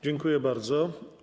Dziękuję bardzo.